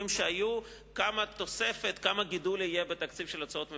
הוויכוחים שהיו לגבי כמה תוספת וכמה גידול יהיו בתקציב של הצעות ממשלה.